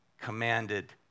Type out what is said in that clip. commanded